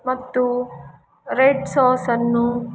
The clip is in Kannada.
ಮತ್ತು ರೆಡ್ ಸಾಸನ್ನು